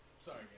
Sorry